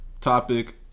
topic